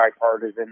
bipartisan